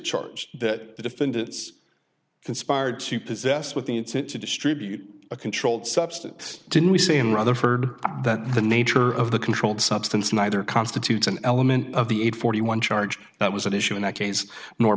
charge that the defendants conspired to possess with the incent to distribute a controlled substance didn't we say and rather heard that the nature of the controlled substance neither constitutes an element of the eight hundred and forty one charge that was an issue in that case nor